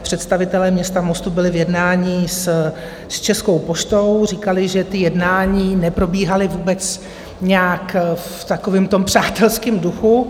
Představitelé města Mostu byli v jednání s Českou poštou a říkali, že ta jednání neprobíhala vůbec nějak v takovém tom přátelském duchu.